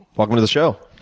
welcome to the show.